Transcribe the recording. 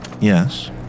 Yes